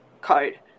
code